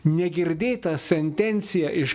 negirdėtą sentenciją iš